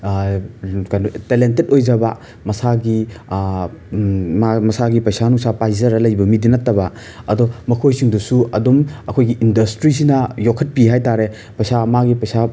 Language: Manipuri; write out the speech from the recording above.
ꯀꯩꯅꯣ ꯇꯦꯂꯤꯟꯇꯦꯠ ꯑꯣꯏꯖꯕ ꯃꯁꯥꯒꯤ ꯃꯥ ꯃꯁꯥꯒꯤ ꯄꯩꯁꯥ ꯅꯨꯡꯁꯥ ꯄꯥꯏꯖꯔ ꯂꯩꯕ ꯃꯤꯗꯤ ꯅꯠꯇꯕ ꯑꯗꯣ ꯃꯈꯣꯏꯁꯤꯡꯗꯨꯁꯨ ꯑꯗꯨꯝ ꯑꯩꯈꯣꯏꯒꯤ ꯏꯟꯗꯁꯇ꯭ꯔꯤꯁꯤꯅ ꯌꯣꯛꯈꯠꯄꯤ ꯍꯥꯏ ꯇꯥꯔꯦ ꯄꯩꯁꯥ ꯃꯥꯒꯤ ꯄꯩꯁꯥ